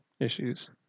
issues